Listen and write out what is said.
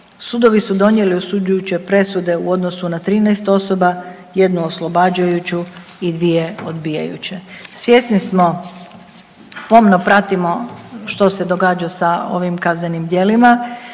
Sudovi su donijeli osuđujuće presude u odnosu na 13 osoba, 1 oslobađajuću i 2 odbijajuće. Svjesni smo, pomno pratimo što se događa sa ovim kaznenim dijelima,